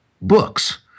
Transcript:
books